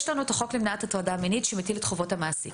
יש לנו את החוק למניעת הטרדה מינית שמטיל את חובת המעסיק.